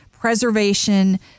preservation